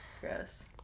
Gross